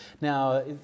Now